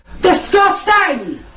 Disgusting